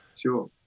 Sure